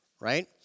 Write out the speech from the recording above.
right